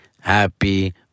happy